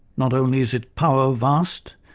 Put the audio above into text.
not only is its power vast,